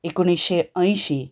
एकोणीशें अंयशीं